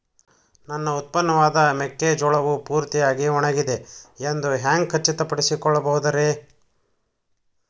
ನನ್ನ ಉತ್ಪನ್ನವಾದ ಮೆಕ್ಕೆಜೋಳವು ಪೂರ್ತಿಯಾಗಿ ಒಣಗಿದೆ ಎಂದು ಹ್ಯಾಂಗ ಖಚಿತ ಪಡಿಸಿಕೊಳ್ಳಬಹುದರೇ?